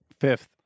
Fifth